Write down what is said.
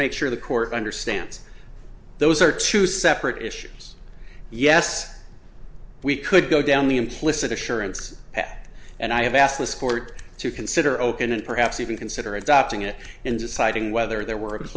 make sure the court understands those are two separate issues yes we could go down the implicit assurance that and i have asked this court to consider oaken and perhaps even consider adopting it and deciding whether there were